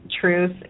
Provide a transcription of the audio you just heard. truth